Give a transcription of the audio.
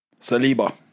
Saliba